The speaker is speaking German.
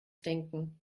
denken